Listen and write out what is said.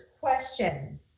question